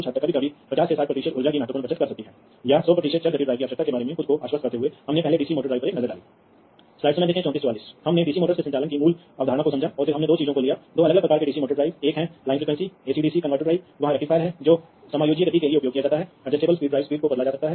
तो यहां आपके पास प्रति तार उपकरणों की संख्या हो सकती है कभी कभी आप श्रृंखला में कुछ उपकरणों को जोड़ सकते हैं एक फ़ील्डबस में आप बड़ी संख्या में उपकरणों को जोड़ सकते हैं और फिर इन उपकरणों को रिपीटर्स और अन्य चीजों का उपयोग करके और बढ़ाया जा सकता है